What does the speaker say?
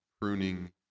Pruning